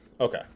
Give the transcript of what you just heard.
Okay